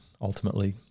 Ultimately